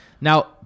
Now